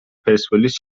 پرسپولیس